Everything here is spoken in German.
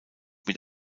mit